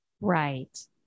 right